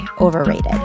overrated